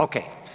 Ok.